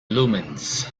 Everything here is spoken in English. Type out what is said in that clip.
lumens